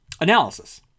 Analysis